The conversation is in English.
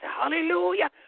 hallelujah